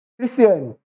Christian